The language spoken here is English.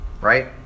right